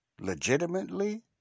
legitimately